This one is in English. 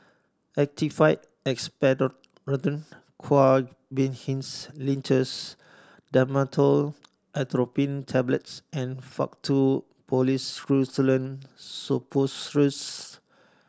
Actified Expectorant Guaiphenesin Linctus Dhamotil Atropine Tablets and Faktu Policresulen Suppositories